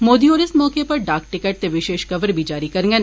मोदी होर इस मौके इक डाक टिकट ते विशेष कवर बी जारी करडन